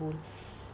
bowl